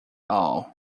all